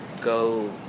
go